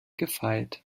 gefeit